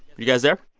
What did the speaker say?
you guys there?